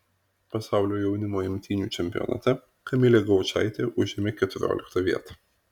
pasaulio jaunimo imtynių čempionate kamilė gaučaitė užėmė keturioliktą vietą